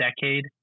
decade